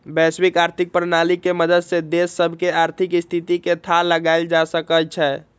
वैश्विक आर्थिक प्रणाली के मदद से देश सभके आर्थिक स्थिति के थाह लगाएल जा सकइ छै